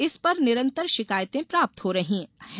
इस पर निरन्तर शिकायतें प्राप्त हो रही हैं